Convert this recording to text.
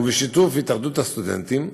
ובשיתוף התאחדות הסטודנטים,